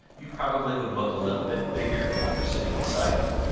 you probably would look a little bit bigger if you were sitting beside him.